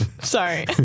Sorry